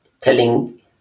telling